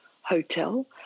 hotel